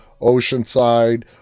Oceanside